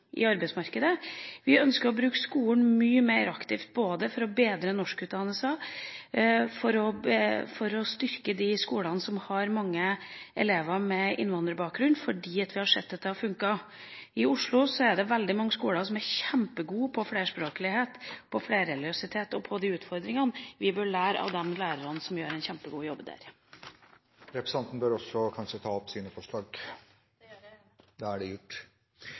utenfor arbeidsmarkedet, inn i arbeidsmarkedet. Vi ønsker å bruke skolen mye mer aktivt, både for å bedre norskutdanningen og for å styrke de skolene som har mange elever med innvandrerbakgrunn, fordi vi har sett at det har funket. I Oslo er det veldig mange skoler som er kjempegode på flerspråklighet, flerreligiøsitet og sånne utfordringer. Vi bør lære av lærerne, som gjør en kjempegod jobb der. Representanten ønsker kanskje også å ta opp sine forslag? Det